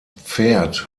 pferd